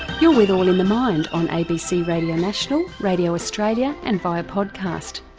yeah with all in the mind on abc radio national, radio australia and via podcast.